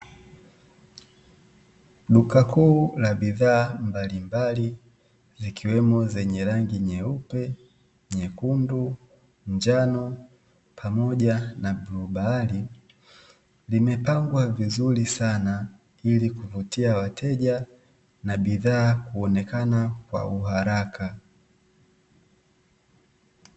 Duka kuu la bidhaa mbalimbali zikiwemo zenye rangi nyeupe, nyekundu, njano pamoja na bluu bahari limepangwa vizuri sana ili kuvutia wateja na bidhaa kuonekana kwa uharaka.